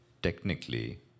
Technically